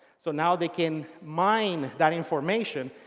so now they can mine that information.